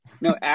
No